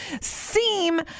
seem